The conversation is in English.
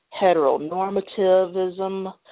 heteronormativism